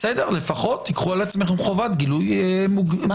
בסדר, לפחות תיקחו על עצמכם חובת גילוי מוגברת.